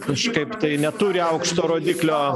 kažkaip tai neturi aukšto rodiklio